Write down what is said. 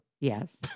Yes